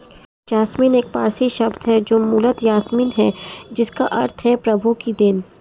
jasmine एक पारसी शब्द है जो मूलतः यासमीन है जिसका अर्थ है प्रभु की देन